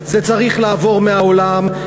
זה צריך לעבור מהעולם,